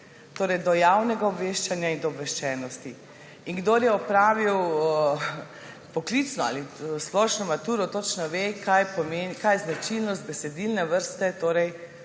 Torej do javnega obveščanja in obveščenosti. In kdor je opravil poklicno ali splošno maturo, točno ve, kaj je značilnost besedilne vrste